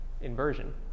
inversion